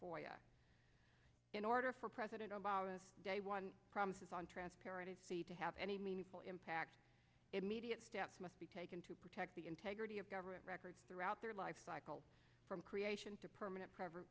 because in order for president obama the day one promises on transparent to have any meaningful impact immediate steps must be taken to protect the integrity of government records throughout their life cycle from creation to permanent preser